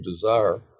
desire